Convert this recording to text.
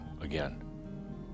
again